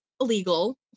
illegal